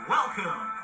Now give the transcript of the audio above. Welcome